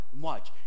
watch